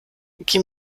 geh